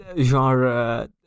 genre